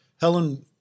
Helen